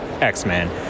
X-Men